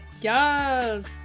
Yes